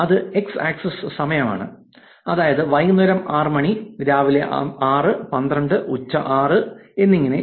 അതിൽ x axis സമയം ആണ് അതായത് വൈകുന്നേരം 6 മണി രാവിലെ 6 12 ഉച്ച 6 മണി എന്നിങ്ങനെ